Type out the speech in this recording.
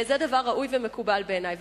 וזה דבר ראוי ומקובל בעיני.